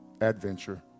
adventure